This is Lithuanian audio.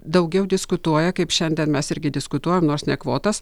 daugiau diskutuoja kaip šiandien mes irgi diskutuojam nors ne kvotas